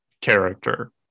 character